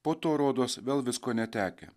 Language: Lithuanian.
po to rodos vėl visko netekę